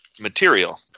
material